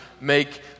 make